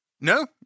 No